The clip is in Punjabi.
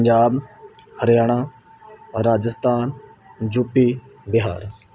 ਪੰਜਾਬ ਹਰਿਆਣਾ ਰਾਜਸਥਾਨ ਯੂਪੀ ਬਿਹਾਰ